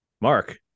Mark